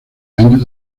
años